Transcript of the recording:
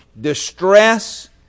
Distress